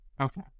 Okay